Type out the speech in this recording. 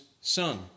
son